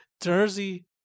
Jersey